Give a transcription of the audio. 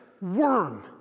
worm